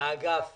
אגף התקציבים.